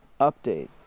update